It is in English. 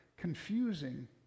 confusing